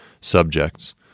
subjects